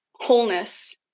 wholeness